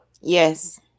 yes